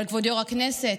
אבל כבוד יו"ר הכנסת,